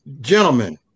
gentlemen